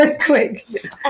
quick